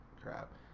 Crap